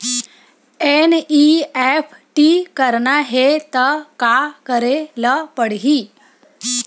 NEFT करना हे त का करे ल पड़हि?